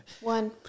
One